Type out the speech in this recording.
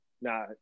nah